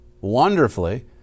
wonderfully